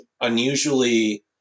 unusually